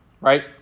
right